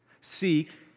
Seek